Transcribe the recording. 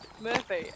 Murphy